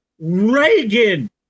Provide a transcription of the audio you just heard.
Reagan